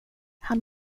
han